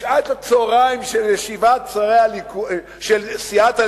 בשעת הצהריים של סיעת הליכוד,